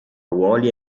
ruoli